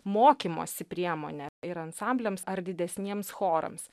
mokymosi priemonė ir ansambliams ar didesniems chorams